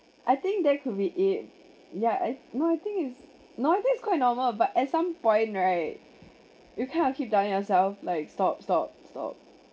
I think that could be it ya I no I think it's no I think it's quite normal but at some point right you kind of keep telling yourself like stop stop stop